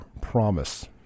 promise